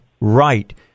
right